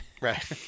Right